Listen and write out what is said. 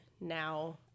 now